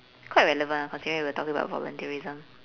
quite relevant ah considering we are talking about volunteerism